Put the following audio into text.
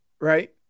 right